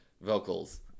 vocals